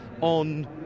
on